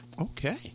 Okay